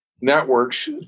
networks